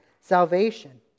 salvation